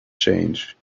change